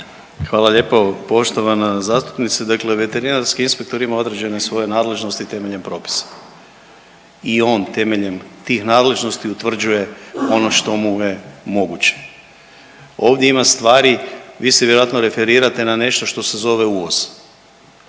Hvala lijepo poštovana zastupnice. Dakle, veterinarski inspektor ima određene svoje nadležnosti temeljem propisa. I on temeljem tih nadležnosti utvrđuje ono što mu je moguće. Ovdje ima stvari, vi se vjerojatno referirate na nešto što se zove uvoz.